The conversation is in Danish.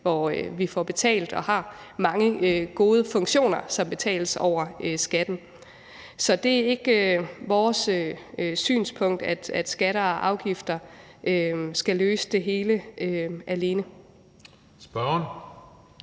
hvor vi har mange gode funktioner, som betales over skatten. Så det er ikke vores synspunkt, at skatter og afgifter skal løse det hele alene. Kl.